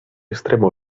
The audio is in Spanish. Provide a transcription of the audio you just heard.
extremo